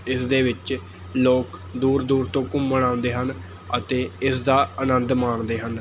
ਇਸ ਦੇ ਵਿੱਚ ਲੋਕ ਦੂਰ ਦੂਰ ਤੋਂ ਘੁੰਮਣ ਆਉਂਦੇ ਹਨ ਅਤੇ ਇਸਦਾ ਆਨੰਦ ਮਾਣਦੇ ਹਨ